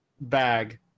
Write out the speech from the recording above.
bag